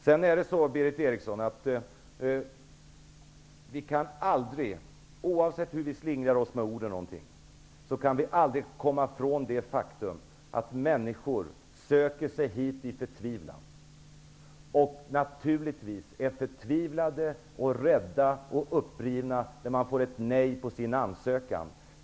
Sedan är det så, Berith Eriksson, att oavsett hur vi slingrar oss med orden kan vi aldrig komma ifrån det faktum att människor söker sig hit i förtvivlan. Och de är naturligtvis förtvivlade och rädda och upprivna när de får nej på sin ansökan.